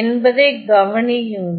என்பதை கவனியுங்கள்